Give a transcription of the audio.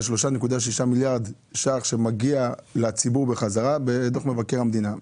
3.6 מיליארד שקלים שמגיעים לציבור בחזרה לפי דוח מבקר המדינה.